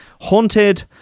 Haunted